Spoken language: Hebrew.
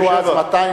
והיינו אז 220,000